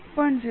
07 1